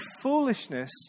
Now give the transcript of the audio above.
foolishness